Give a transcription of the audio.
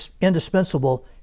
indispensable